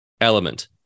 element